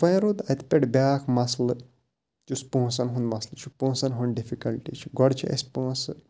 وَنۍ روٗد اَتہِ پٮ۪ٹھ بیٛاکھ مَسلہٕ یُس پونٛسَن ہُنٛد مَسلہٕ چھُ پۄنٛسَن ہُنٛد ڈِفِکَلٹی چھِ گۄڈٕ چھِ اَسہِ پونٛسہٕ